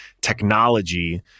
technology